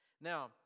Now